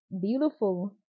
beautiful